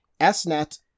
SNet